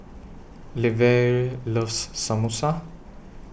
Levie loves Samosa